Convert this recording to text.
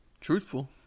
truthful